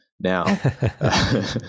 now